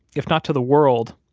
if not to the world,